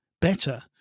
better